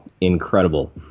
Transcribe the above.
incredible